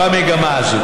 בקריאה ראשונה.